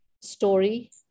story